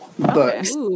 books